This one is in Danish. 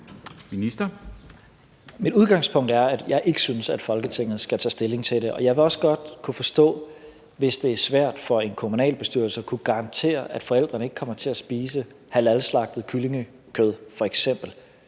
Mit udgangspunkt er, at jeg ikke synes, at Folketinget skal tage stilling til det. Jeg vil også godt kunne forstå, hvis det er svært for en kommunalbestyrelse at kunne garantere, at børnene ikke kommer til at spise halalslagtet kyllingekød f.eks.,